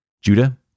Judah